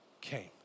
came